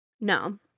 No